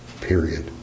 Period